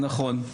נכון.